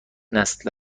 نسل